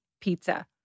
pizza